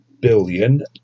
Billion